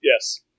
Yes